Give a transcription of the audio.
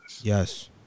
Yes